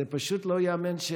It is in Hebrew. זה פשוט לא ייאמן.